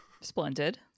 Splendid